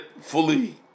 fully